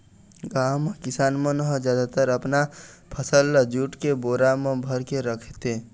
गाँव म किसान मन ह जादातर अपन फसल ल जूट के बोरा म भरके राखथे